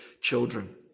children